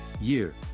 Year